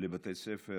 לבתי ספר